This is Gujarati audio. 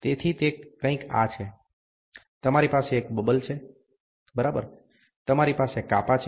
તેથી તે કંઈક આ છે તમારી પાસે એક બબલ છે બરાબર તમારી પાસે કાપા છે